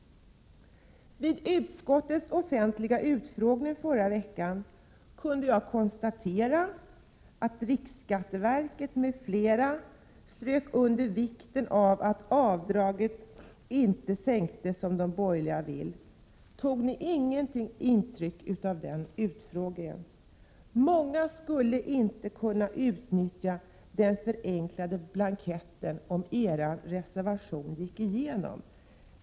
Vid utskottets offentliga utfrågning förra veckan kunde jag konstatera att riksskatteverket m.fl. strök under vikten av att avdraget inte sänks som de borgerliga vill. Tog ni inget intryck av den utfrågningen? Många skulle inte kunna utnyttja den förenklade blanketten om er reservation gick igenom.